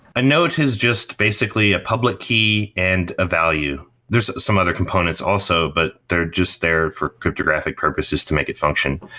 a note is just basically a public key and a value. there's some other components also, but they're just there for cryptographic purposes to make it function.